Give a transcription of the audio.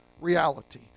reality